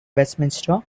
westminster